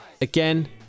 again